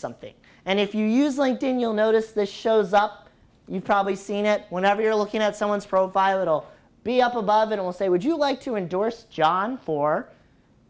something and if you use linked in you'll notice this shows up you've probably seen it whenever you're looking at someone's profile it'll be up above it'll say would you like to endorse john for